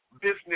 business